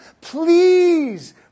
Please